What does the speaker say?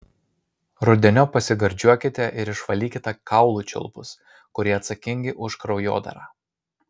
rudeniop pasigardžiuokite ir išvalykite kaulų čiulpus kurie atsakingi už kraujodarą